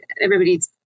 everybody's